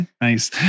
Nice